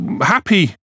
happy